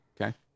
Okay